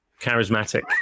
charismatic